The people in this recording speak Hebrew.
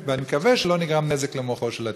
ואני מקווה שלא נגרם נזק למוחו של התינוק.